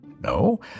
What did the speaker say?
No